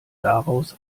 daraus